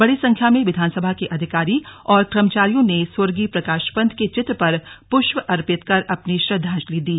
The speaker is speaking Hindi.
बड़ी संख्या में विधानसभा के अधिकारी और कर्मचारियों ने स्वर्गीय प्रकाश पंत के चित्र पर पुष्प अर्पित कर अपनी श्रद्वांजलि दी